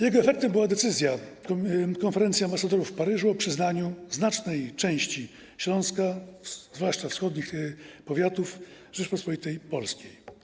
Jego efektem była decyzja konferencji ambasadorów w Paryżu o przyznaniu znacznej części Śląska, zwłaszcza wschodnich powiatów, Rzeczypospolitej Polskiej.